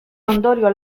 ondorio